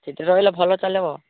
ସେଠି ରହିଲେ ଭଲ ଚାଲିବ